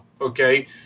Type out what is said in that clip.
okay